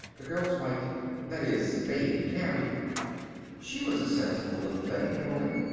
the girls might that is, babe and carrie she was a sensible little thing, emily.